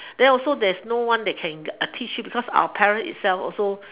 then also there's no one that can teach you because our parents itself also